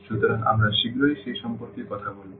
সুতরাং আমরা শীঘ্রই সে সম্পর্কে কথা বলব